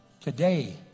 Today